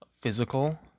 physical